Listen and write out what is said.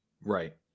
right